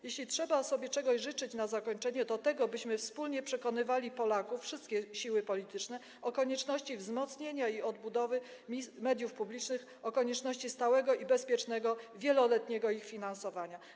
Jeśli można życzyć sobie czegoś na zakończenie, to tego, byśmy wspólnie przekonywali Polaków i wszystkie siły polityczne o konieczności wzmocnienia i odbudowy mediów publicznych, o konieczności stałego i bezpiecznego, wieloletniego ich finansowania.